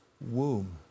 womb